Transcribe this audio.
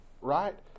right